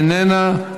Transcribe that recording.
איננה,